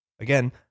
again